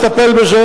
לטפל בזה,